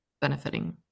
benefiting